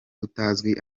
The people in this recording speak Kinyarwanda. utazi